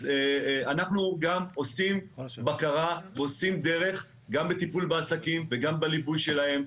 אז אנחנו עושים גם בקרה ועושים דרך גם בטיפול בעסקים וגם בליווי שלהם.